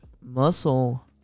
muscle